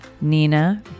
Nina